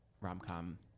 rom-com